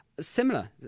Similar